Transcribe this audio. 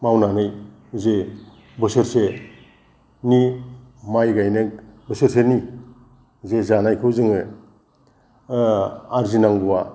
मावनानै जे बोसोरसेनि माइ गायनाय बोसोरसेनि जे जानायखौ जोङो आरजिनांगौवा